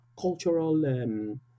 cultural